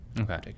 Okay